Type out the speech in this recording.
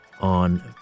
on